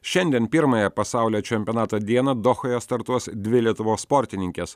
šiandien pirmąją pasaulio čempionato dieną dohoje startuos dvi lietuvos sportininkės